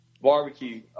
Barbecue